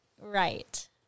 Right